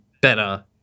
better